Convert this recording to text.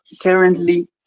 currently